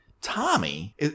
Tommy